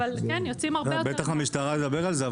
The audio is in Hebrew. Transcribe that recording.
בטח המשטרה תדבר על זה.